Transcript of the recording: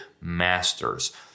masters